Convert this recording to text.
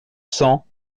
cents